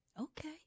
Okay